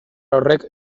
horrek